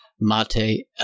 MATE